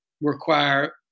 require